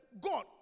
God